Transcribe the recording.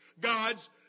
God's